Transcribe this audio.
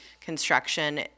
construction